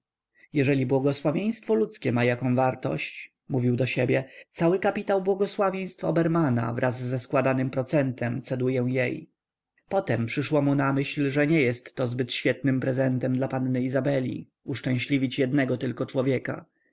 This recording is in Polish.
jeżeli błogosławieństwo ludzkie ma jaką wartość mówił do siebie cały kapitał błogosławieństw obermana wraz ze składanym procentem ceduję jej potem przyszło mu na myśl że nie jestto zbyt świetnym prezentem dla panny izabeli uszczęśliwić jednego tylko człowieka